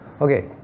Okay